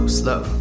slow